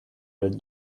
that